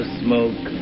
smoke